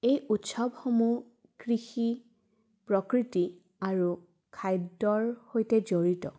এই উৎসৱসমূহ কৃষি প্ৰকৃতি আৰু খাদ্যৰ সৈতে জড়িত